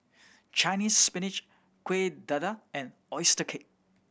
Chinese Spinach Kueh Dadar and oyster cake